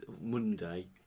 Monday